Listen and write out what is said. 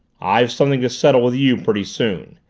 i've something to settle with you pretty soon,